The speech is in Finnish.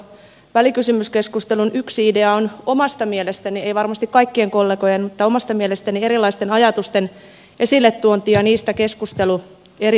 välikysymyskeskustelun yksi idea on omasta mielestäni ei varmasti kaikkien kollegojen mielestä mutta omasta mielestäni erilaisten ajatusten esilletuontia niistä keskustelu eri valmisteluvaiheissa